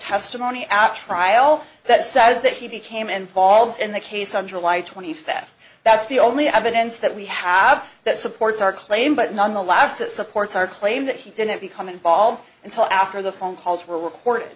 testimony at trial that says that he became involved in the case on july twenty fifth that's the only evidence that we have that supports our claim but none the last that supports our claim that he didn't become involved until after the phone calls were recorded